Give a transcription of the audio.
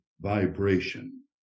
vibration